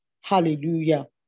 Hallelujah